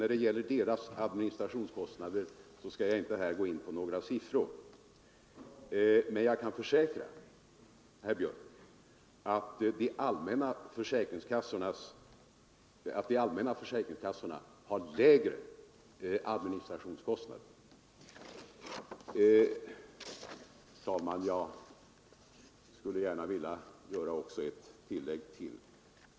När det gäller deras administrationskostnader skall jag inte här gå in på några siffror, men jag kan försäkra herr Björck att de allmänna försäkringskassorna har lägre administrationskostnader. Herr talman!